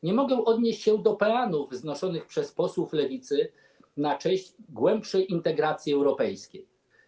Nie mogę odnieść się do peanów wznoszonych przez posłów Lewicy na cześć głębszej integracji europejskiej.